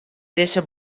dizze